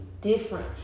different